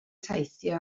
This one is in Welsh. teithio